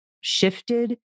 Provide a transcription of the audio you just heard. shifted